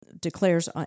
declares